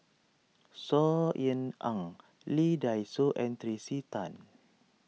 Saw Ean Ang Lee Dai Soh and Tracey Tan